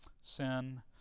sin